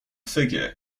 figure